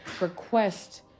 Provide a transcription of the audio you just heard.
request